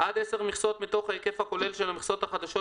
אחזק את הדברים שאמרת בפתיח,